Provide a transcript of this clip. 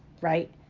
Right